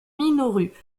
minoru